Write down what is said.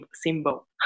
symbol